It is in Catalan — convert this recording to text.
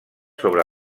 sobre